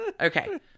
Okay